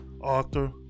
author